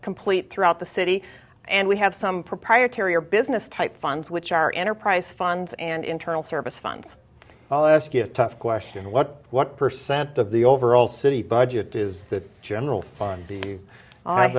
complete throughout the city and we have some proprietary or business type funds which are enterprise funds and internal service funds i'll ask you a tough question what what percent of the overall city budget is the general